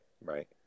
right